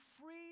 free